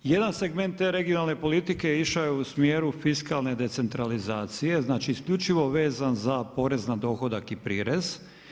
Jedan segment te regionalne politike, išao je u smjeru fiskalne decentralizacije, znači isključivo vezan za porez na dohodak i prirez.